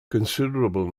considerable